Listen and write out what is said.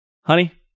Honey